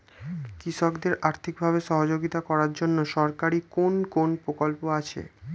কৃষকদের আর্থিকভাবে সহযোগিতা করার জন্য সরকারি কোন কোন প্রকল্প আছে?